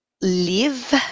live